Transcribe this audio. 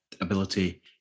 ability